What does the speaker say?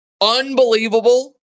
unbelievable